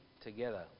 together